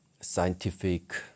scientific